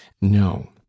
No